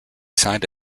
signed